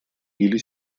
или